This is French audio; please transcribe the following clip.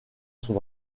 son